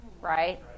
right